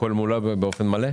הכול מולא ובאופן מלא?